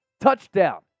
Touchdown